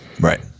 Right